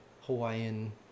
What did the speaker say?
Hawaiian